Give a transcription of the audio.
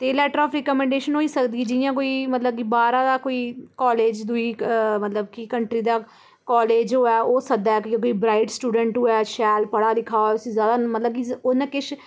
ते letter of recommendation होई सकदा जि'यां कोई मतलब की बाह्रा दा कोई कॉलेज़ दूई मतलब की कंट्री दा कॉलेज होऐ ओह् सद्दे की ब्राइट स्टूडेंट होऐ शैल पढ़ा लिखा उसी जादै मतलब की उ'नें किश